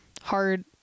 hard